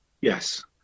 Yes